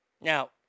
Now